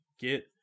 get